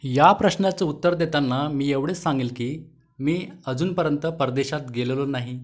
या प्रश्नाचं उत्तर देताना मी एवढंच सांगेन की मी अजूनपर्यंत परदेशात गेलेलो नाही